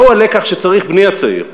מהו הלקח שצריך בני הצעיר,